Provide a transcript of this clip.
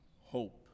hope